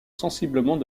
sensiblement